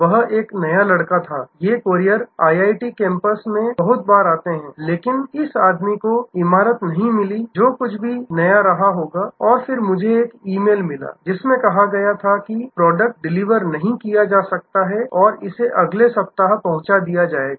वह एक नया लड़का था ये कोरियर आईआईटी कैंपस में बहुत बार आते हैं लेकिन इस आदमी को इमारत बिल्डिंग नहीं मिली जो कुछ भी नया रहा होगा और फिर मुझे एक ईमेल मिला जिसमें कहा गया था कि प्रोडक्ट डिलीवर नहीं किया जा सकता और इसे अगले सप्ताह पहुंचा दिया जाएगा